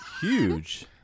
Huge